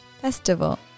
Festival